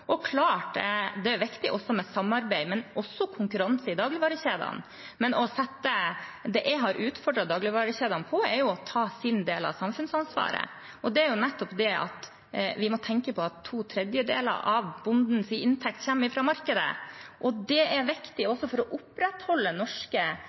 og også konkurranse i dagligvarekjedene. Det jeg har utfordret dagligvarekjedene på, er å ta sin del av samfunnsansvaret, og det er nettopp at vi må tenke på at to tredjedeler av bondens inntekt kommer fra markedet. Det er viktig